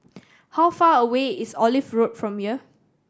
how far away is Olive Road from here